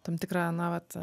tam tikrą na vat